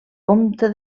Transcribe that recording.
comte